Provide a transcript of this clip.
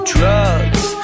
Drugs